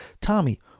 Tommy